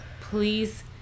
please